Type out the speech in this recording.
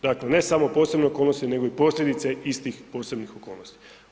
Dakle, ne samo posebne okolnosti nego i posljedice istih posebnih okolnosti.